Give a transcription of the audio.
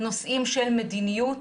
נושאים של מדיניות,